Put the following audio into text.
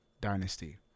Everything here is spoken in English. dynasty